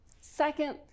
Second